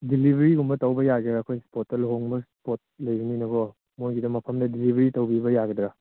ꯗꯦꯂꯤꯕꯔꯤꯒꯨꯝꯕ ꯇꯧꯕ ꯌꯥꯒꯦꯔꯥ ꯑꯩꯈꯣꯏ ꯏꯁꯄꯣꯠ ꯂꯨꯍꯣꯡꯕ ꯏꯁꯄꯣꯠ ꯂꯩꯒꯅꯤꯅꯀꯣ ꯃꯣꯒꯤꯗ ꯃꯐꯝꯗ ꯗꯤꯂꯤꯕꯔꯤ ꯇꯧꯕꯤꯕ ꯌꯥꯒꯗ꯭ꯔꯥ